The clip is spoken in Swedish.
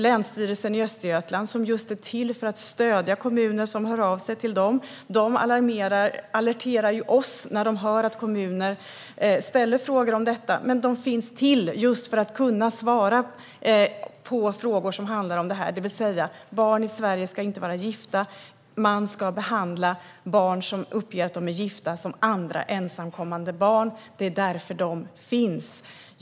Länsstyrelsen i Östergötland är bland annat till för att stödja kommuner som hör av sig till dem. De alerterar oss när de hör att kommuner ställer frågor om detta, och de finns till just för att kunna svara på frågor som handlar om det här. Barn i Sverige ska inte vara gifta. Man ska behandla barn som uppger att de är gifta som andra ensamkommande barn. Det är därför detta stöd finns.